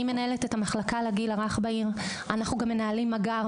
אני מנהלת את המחלקה לגיל הרך בעיר ואנחנו גם מנהלים מג״ר,